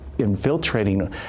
Infiltrating